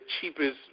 cheapest